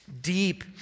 Deep